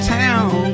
town